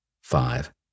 Five